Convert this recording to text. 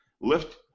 lift